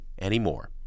anymore